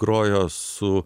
grojo su